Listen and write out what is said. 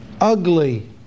ugly